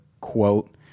quote